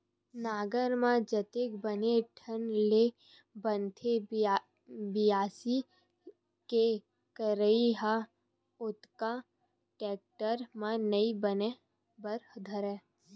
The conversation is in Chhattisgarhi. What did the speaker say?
नांगर म जतेक बने ढंग ले बनथे बियासी के करई ह ओतका टेक्टर म नइ बने बर धरय